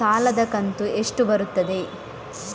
ಸಾಲದ ಕಂತು ಎಷ್ಟು ಬರುತ್ತದೆ?